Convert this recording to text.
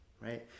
right